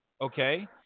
okay